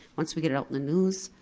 once we get it out in the news,